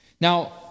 Now